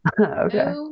Okay